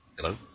hello